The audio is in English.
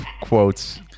quotes